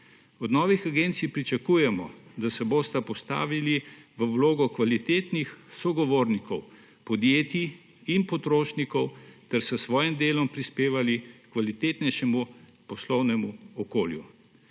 Od novih agencij pričakujemo, da se bosta postavili v vlogo kvalitetnih sogovornikov podjetij in potrošnikov ter s svojim delom prispevali h kvalitetnejšemu poslovnemu okolju.